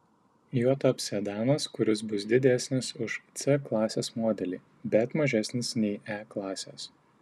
juo taps sedanas kuris bus didesnis už c klasės modelį bet mažesnis nei e klasės